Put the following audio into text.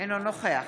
אינו נוכח